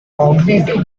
cognitive